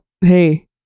hey